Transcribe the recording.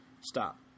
Stop